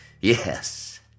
Yes